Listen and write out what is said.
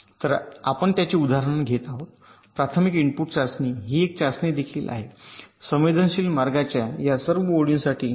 तर आपण त्याचे उदाहरण घेत आहोत प्राथमिक इनपुटची चाचणी ही एक चाचणी देखील आहे संवेदनशील मार्गाच्या सर्व ओळींसाठी का